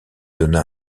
donna